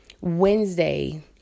Wednesday